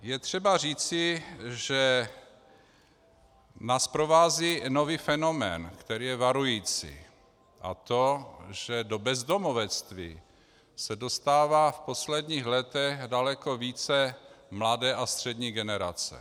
Je třeba říci, že nás provází nový fenomén, který je varující, a to že do bezdomovectví se dostává v posledních letech daleko více mladé a střední generace.